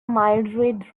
mildrid